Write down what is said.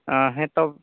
ᱦᱮᱸᱛᱚ